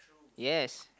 yes